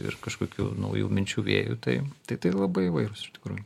ir kažkokių naujų minčių vėjų tai tai tai labai įvairūs iš tikrųjų